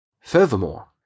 Furthermore